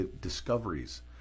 discoveries